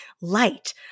light